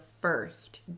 first